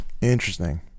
Interesting